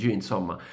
insomma